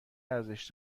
ارزش